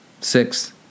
six